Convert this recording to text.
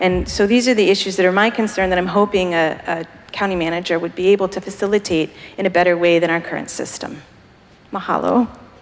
and so these are the issues that are my concern that i'm hoping a county manager would be able to facilitate in a better way than our current system